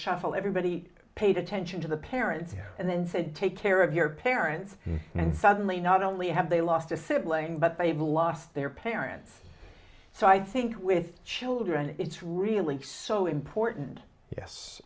shuffle everybody paid attention to the parents and then said take care of your parents and suddenly not only have they lost a sibling but they've lost their parents so i think with children it's really so important